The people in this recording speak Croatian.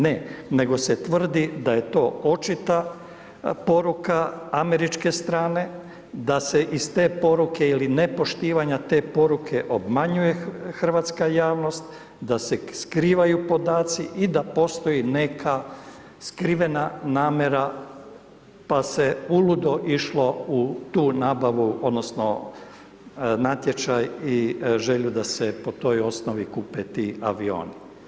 Ne, nego se tvrdi da je to očita poruka američke strane, da se iz te poruke ili nepoštivanja te poruke obmanjuje hrvatska javnost, d se skrivaju podaci i da postoji neka skrivena namjera pa se uludo išlo u tu nabavu odnosno natječaj i želju da se po toj osnovi kupe ti avioni.